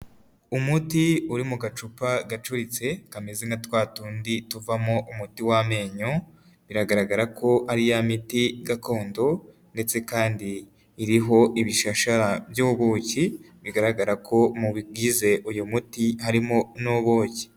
Umuti uri mu gacupa gacuritse kameze nka twa tundi tuvamo umuti w'amenyo, biragaragara ko ari ya miti gakondo ndetse kandi iriho ibishashara by'ubuki bigaragara ko mu bigize uyu muti harimo n'ubuki.